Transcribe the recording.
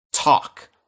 Talk